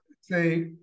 say